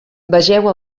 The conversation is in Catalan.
vegeu